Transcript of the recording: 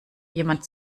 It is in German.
jemand